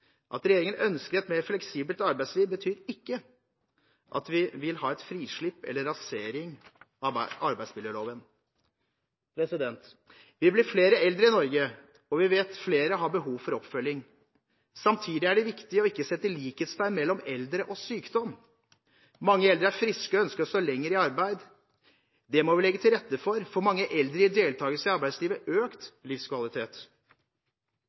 At regjeringen ønsker et mer fleksibelt arbeidsliv, betyr ikke at vi vil ha et frislipp eller en rasering av arbeidsmiljøloven. Vi blir flere eldre i Norge, og vi vet at flere har behov for oppfølging. Samtidig er det viktig ikke å sette likhetstegn mellom eldre og sykdom. Mange eldre er friske og ønsker å stå lenger i arbeid. Det må vi legge til rette for. For mange eldre gir deltakelse i arbeidslivet økt livskvalitet.